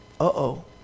Uh-oh